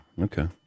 Okay